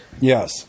Yes